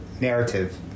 narrative